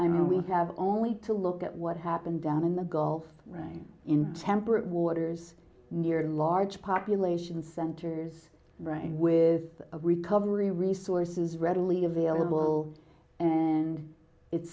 will have only to look at what happened down in the gulf right in temperate waters near large population centers brain with recovery resources readily available and it's